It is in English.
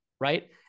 right